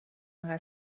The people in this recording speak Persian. انقدر